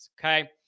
Okay